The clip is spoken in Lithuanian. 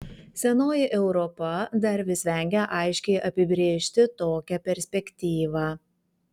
senoji europa dar vis vengia aiškiai apibrėžti tokią perspektyvą